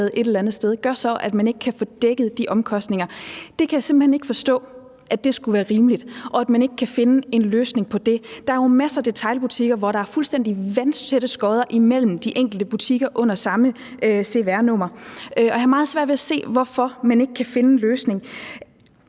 gør så, at man ikke kan få dækket de omkostninger. Jeg kan simpelt hen ikke forstå, at det skulle være rimeligt, og at man ikke kan finde en løsning på det. Der er jo masser af detailbutikker, hvor der er fuldstændig vandtætte skodder imellem de enkelte butikker under samme cvr-nummer, og jeg har meget svært ved at se, hvorfor man ikke kan finde en løsning.